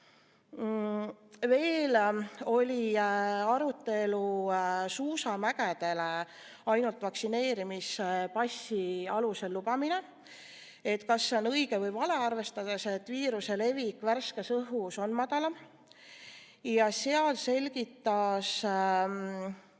Veel oli arutelu suusamäele ainult vaktsineerimispassi alusel lubamise üle, et kas see on õige või vale, arvestades, et viiruse levik värskes õhus on väiksem. Selle kohta selgitas